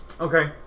Okay